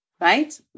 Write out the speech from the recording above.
right